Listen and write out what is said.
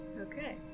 Okay